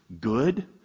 good